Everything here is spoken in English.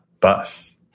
bus